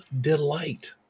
delight